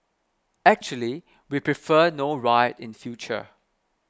actually we prefer no riot in future